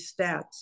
stats